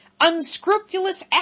unscrupulous